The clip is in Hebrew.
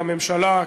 הממשלה,